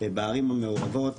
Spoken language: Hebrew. בערים המעורבות